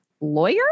lawyer